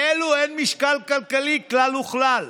לאלו אין משקל כלכלי כלל וכלל.